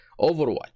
Overwatch